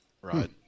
Right